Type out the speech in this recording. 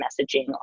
messaging